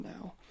now